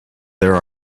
there